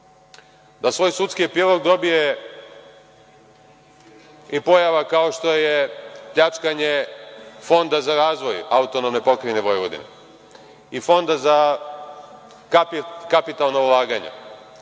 da svoj sudski epilog dobije i pojava kao što je pljačkanje Fonda za razvoj AP Vojvodine i Fonda za kapitalna ulaganja